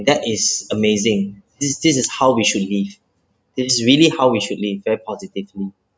that is amazing this this is how we should live it's really how we should live very positively